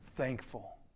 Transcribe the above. Thankful